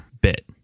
bit